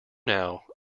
now